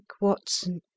Watson